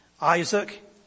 Isaac